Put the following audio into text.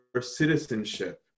citizenship